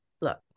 look